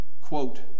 quote